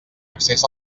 accés